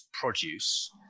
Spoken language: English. produce